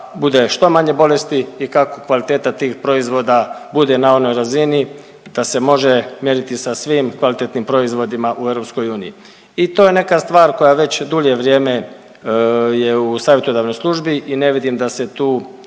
što manje bolesti i kako kvaliteta tih proizvoda bude na onoj razini da se može mjeriti sa svim kvalitetnim proizvodima u EU. I to je neka stvar koja već dulje vrijeme je u savjetodavnoj službi i ne vidim da se tu